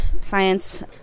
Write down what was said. science